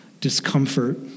discomfort